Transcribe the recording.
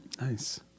Nice